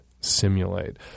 simulate